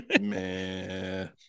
Man